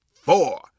four